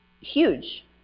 huge